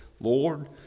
Lord